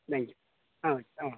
thank you ah okay ah ah